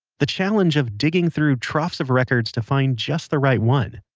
the challenge of digging through trophs of records to find just the right one.